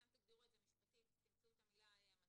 אתם תגדירו את זה משפטית תמצאו את המילה המתאימה.